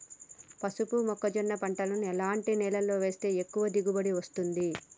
పసుపు మొక్క జొన్న పంటలను ఎలాంటి నేలలో వేస్తే ఎక్కువ దిగుమతి వస్తుంది?